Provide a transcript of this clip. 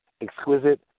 exquisite